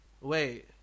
wait